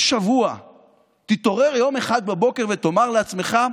שבוע תתעורר יום אחד בבוקר ותאמר לעצמך: